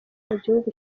mugihugu